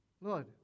Lord